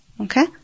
okay